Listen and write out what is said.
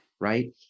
right